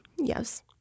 Yes